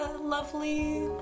lovely